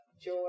joy